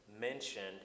mentioned